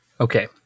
Okay